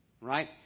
Right